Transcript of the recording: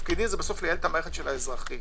תפקידי לייעל את מערכת האזרחים.